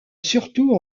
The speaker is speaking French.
surtout